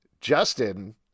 Justin